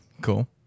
Cool